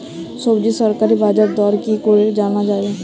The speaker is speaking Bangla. সবজির সরকারি বাজার দর কি করে জানা যাবে?